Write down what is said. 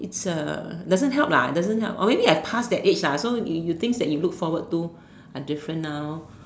it's a doesn't help lah doesn't help or maybe I pass that age lah so things that you look forward to are different now